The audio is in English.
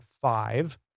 five